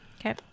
Okay